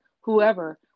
whoever